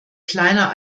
kleiner